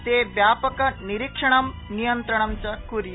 ते व्यापकनिरीक्षण ं नियन्त्रणं च कुर्य